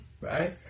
right